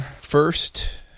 first